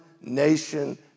nation